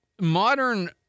modern